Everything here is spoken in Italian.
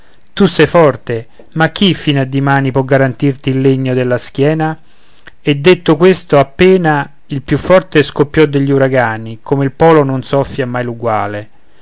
tu sei forte ma chi fino a dimani può garantirti il legno della schiena e detto questo appena il più forte scoppiò degli uragani come il polo non soffia mai l'uguale